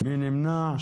מי נמנע?